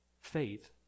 faith